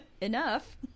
Enough